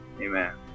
Amen